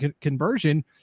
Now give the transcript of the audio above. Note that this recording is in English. conversion